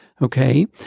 Okay